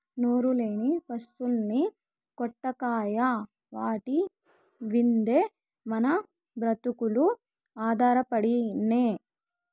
నోరులేని పశుల్ని కొట్టకయ్యా వాటి మిందే మన బ్రతుకులు ఆధారపడినై